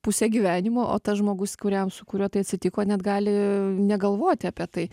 pusę gyvenimo o tas žmogus kuriam su kuriuo tai atsitiko net gali negalvoti apie tai